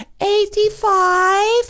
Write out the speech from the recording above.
Eighty-five